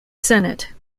senate